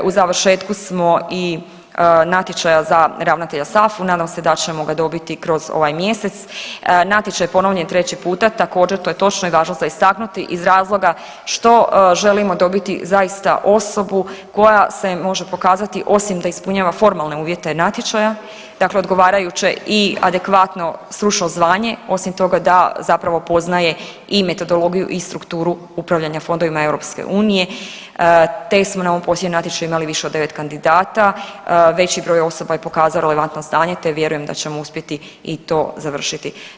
U završetku smo i natječaja za ravnatelja SAFU, nadam se da ćemo ga dobiti kroz ovaj mjesec, natječaj je ponovljen treći puta također to je točno i važno za istaknuti iz razloga što želimo dobiti zaista osobu koja se može pokazati osim da ispunjava formalne uvjete natječaja, dakle odgovarajuće i adekvatno stručno zvanje, osim toga da zapravo poznaje i metodologiju i strukturu upravljanja fondovima EU, te smo na ovom posljednjem natječaju imali više od 9 kandidata, veći broj osoba je pokazalo relevantno znanje, te vjerujem da ćemo uspjeti i to završiti.